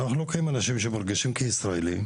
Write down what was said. אנחנו לוקחים אנשים שמרגישים כישראלים,